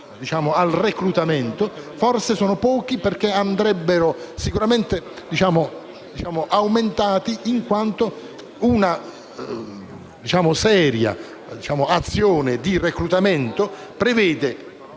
al reclutamento. Sono pochi e andrebbero aumentati in quanto una seria azione di reclutamento prevede